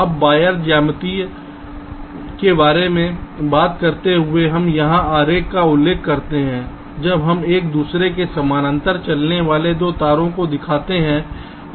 अब वायर ज्यामितीयों के बारे में बात करते हुए हम यहां आरेख का उल्लेख करते हैं जहां हम एक दूसरे के समानांतर चलने वाले 2 तारों को दिखाते हैं